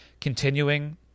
continuing